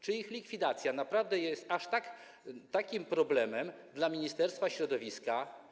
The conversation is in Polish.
Czy ich likwidacja naprawdę jest aż takim problemem dla Ministerstwa Środowiska?